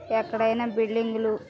ఎక్కడైనా బిల్డింగ్లు